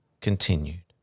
continued